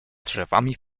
drzewami